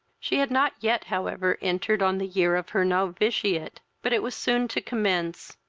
she had not yet however entered on the year of her novitiate but it was soon to commence,